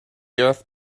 earth